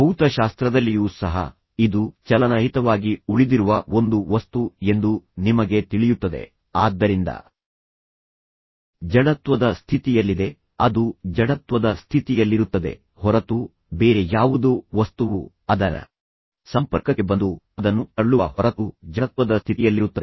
ಭೌತಶಾಸ್ತ್ರದಲ್ಲಿಯೂ ಸಹ ಇದು ಚಲನರಹಿತವಾಗಿ ಉಳಿದಿರುವ ಒಂದು ವಸ್ತು ಎಂದು ನಿಮಗೆ ತಿಳಿಯುತ್ತದೆ ಆದ್ದರಿಂದ ಜಡತ್ವದ ಸ್ಥಿತಿಯಲ್ಲಿದೆ ಅದು ಜಡತ್ವದ ಸ್ಥಿತಿಯಲ್ಲಿರುತ್ತದೆ ಹೊರತು ಬೇರೆ ಯಾವುದೋ ವಸ್ತುವು ಅದರ ಸಂಪರ್ಕಕ್ಕೆ ಬಂದು ಮತ್ತು ಅದನ್ನು ತಳ್ಳುವ ಹೊರತು ಜಡತ್ವದ ಸ್ಥಿತಿಯಲ್ಲಿರುತ್ತದೆ